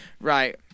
Right